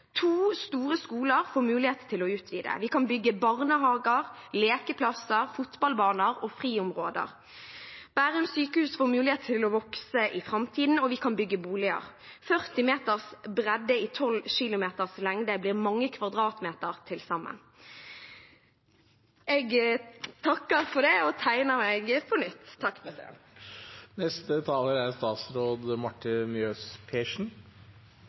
To store skoler får mulighet til å utvide. Vi kan bygge barnehager, lekeplasser, fotballbaner og friområder. Bærum sykehus får mulighet til å vokse i framtiden, og vi kan bygge boliger. 40 meters bredde i 12 kilometers lengde blir mange kvadratmeter til sammen. Jeg takker for nå og tegner meg på nytt.